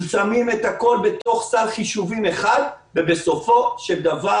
שמים את הכול בתוך סל חישובים אחד ובסופו של דבר